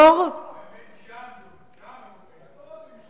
שם הם אומרים את זה.